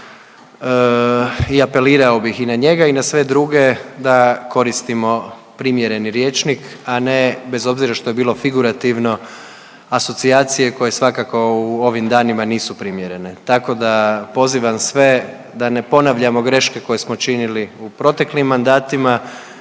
i apelirao bih i na njega i na sve druge da koristimo primjereni rječnik, a ne bez obzira što je bilo figurativno asocijacije koje svakako u ovim danima nisu primjerene, tako da pozivam sve da ne ponavljamo greške koje smo činili u proteklim mandatima